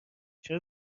چرا